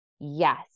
yes